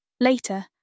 Later